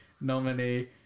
nominee